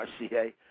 RCA